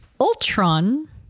Ultron